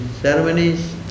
ceremonies